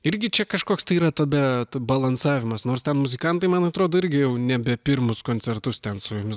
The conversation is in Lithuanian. irgi čia kažkoks tai yra tada balansavimas nors ten muzikantai man atrodo irgi jau nebe pirmus koncertus ten su jumis